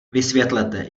vysvětlete